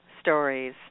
stories